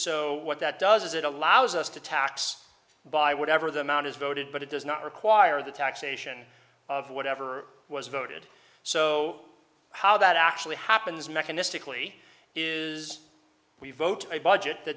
so what that does is it allows us to tax by whatever the amount is voted but it does not require the taxation of whatever was voted so how that actually happens mechanistically is we vote a budget th